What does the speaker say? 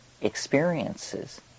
experiences